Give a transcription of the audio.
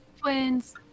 Twins